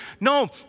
No